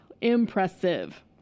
Impressive